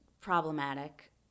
problematic